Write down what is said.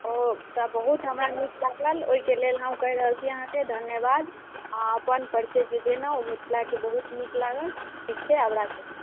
ओ तऽ बहुत हमरा नीक लागल ओइके लेल हम कहि रहल छी आहाँके धन्यबाद आओर अपन परिचय जे देनहुँ ओ मिथिलाके बहुत नीक लागल ठीक छै आब राखै छी